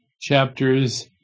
chapters